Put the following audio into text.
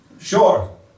sure